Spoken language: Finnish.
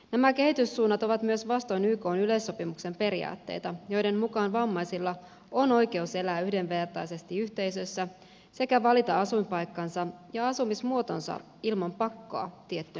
nämä kehityssuunnat ovat myös vastoin ykn yleissopimuksen periaatteita joiden mukaan vammaisilla on oikeus elää yhdenvertaisesti yhteisössä sekä valita asuinpaikkansa ja asumismuotonsa ilman pakkoa tiettyyn ratkaisuun